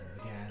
again